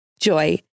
Joy